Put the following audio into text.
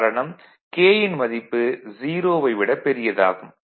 காரணம் K ன் மதிப்பு 0 ஐ விட பெரியது ஆகும்